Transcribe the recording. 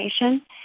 information